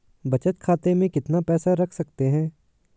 बचत खाते में कितना पैसा रख सकते हैं?